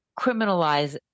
criminalize